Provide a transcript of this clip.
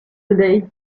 today